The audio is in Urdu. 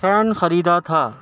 فین خریدا تھا